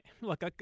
look